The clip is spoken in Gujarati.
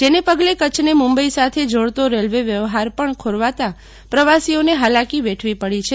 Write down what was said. જેને પગલે કચ્છને મુંબઈ સાથે જોડતો રેલવે વ્યવહાર પણ ખોરવાયો છે અને પ્રવીસીઓને હલકી વેઠવી પડે છે